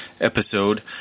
episode